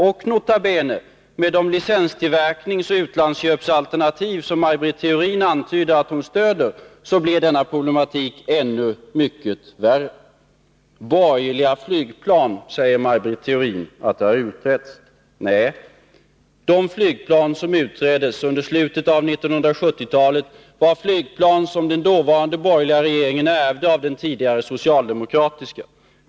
Och — nota bene — med de licenstillverkningsoch utlandsköpsalternativ som Maj Britt Theorin antyder att hon stöder blir denna problematik än värre. Borgerliga flygplan har utretts, sade Maj Britt Theorin. Nej, de flygplan som utreddes under slutet av 1970-talet var flygplan som den dåvarande borgerliga regeringen hade ärvt av den tidigare socialdemokratiska regeringen.